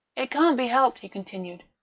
it can't be helped, he continued,